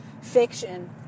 fiction